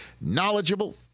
knowledgeable